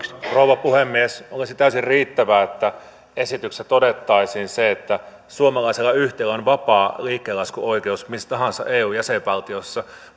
rouva puhemies olisi täysin riittävää että esityksessä todettaisiin se että suomalaisella yhtiöllä on vapaa liikkeeseenlaskuoikeus missä tahansa eu jäsenvaltiossa